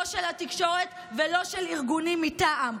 לא של התקשורת ולא של ארגונים מטעם.